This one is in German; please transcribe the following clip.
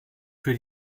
für